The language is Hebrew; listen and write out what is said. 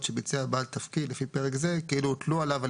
שביצע בעל תפקיד לפי פרק זה כאילו הוטלו עליו על